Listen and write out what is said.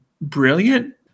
brilliant